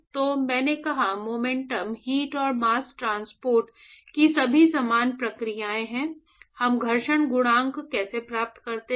तो मैंने कहा मोमेंटम हीट और मास्स ट्रांसपोर्ट की सभी समान प्रक्रियाएं हैं हम घर्षण गुणांक कैसे प्राप्त करते हैं